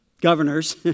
governors